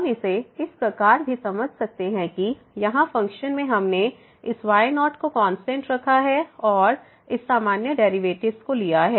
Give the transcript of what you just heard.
हम इसे इस प्रकार भी समझ सकते हैं कि यहाँ फ़ंक्शन में हमने इस y0 को कांस्टेंट रखा है और इस सामान्य डेरिवेटिव्स को लिया है